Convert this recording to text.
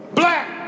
black